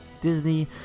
disney